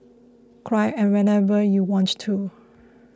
cry and whenever you want to